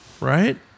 Right